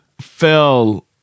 fell